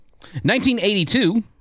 1982